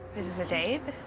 this is a date?